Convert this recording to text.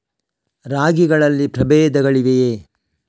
ರಾಗಿಗಳಲ್ಲಿ ಪ್ರಬೇಧಗಳಿವೆಯೇ?